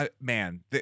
man